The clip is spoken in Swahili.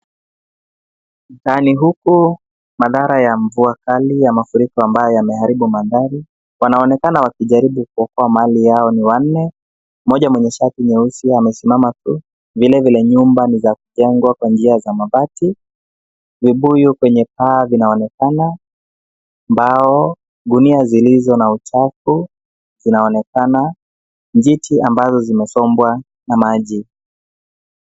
Mtaani huku, madhara ya mvua kali ya mafuriko ambayo yameharibu mandhari. Wanaonekana wakijaribu kuokoa mali yao ni wanne. Mmoja mwenye shati nyeusi amesimama tu, vilevile nyumba ni za kujengwa kwa njia ya mabati. Vibuyu kwenye paa vinaonekana, mbao, gunia zilizo na uchafu zinaonekana. Njiti ambazo zimesombwa na maji.